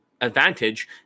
advantage